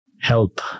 help